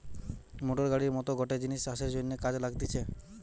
motor গাড়ির মত গটে জিনিস চাষের জন্যে কাজে লাগতিছে